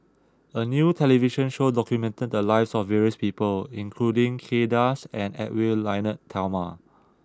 a new television show documented the lives of various people including Kay Das and Edwy Lyonet Talma